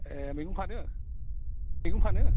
ए मैगं फानो मैगं फानो